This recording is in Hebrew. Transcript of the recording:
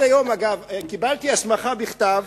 קיבלתי הסמכה בכתב.